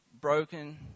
broken